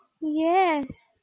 Yes